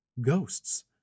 Ghosts